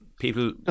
people